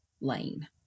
lane